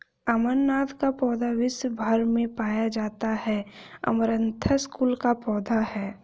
अमरनाथ का पौधा विश्व् भर में पाया जाता है ये अमरंथस कुल का पौधा है